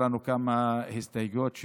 היו לנו כמה הסתייגויות.